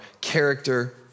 character